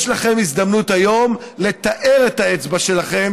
יש לכם הזדמנות היום לטהר את האצבע שלכם